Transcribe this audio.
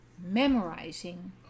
memorizing